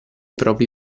propri